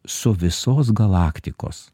su visos galaktikos